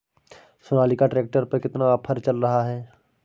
Sonalika tractor पर कितना offer चल रहा है?